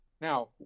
Now